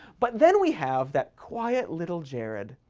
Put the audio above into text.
but then we have that quiet little jared,